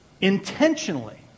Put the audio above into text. intentionally